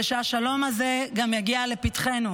ושהשלום הזה גם יגיע לפתחנו.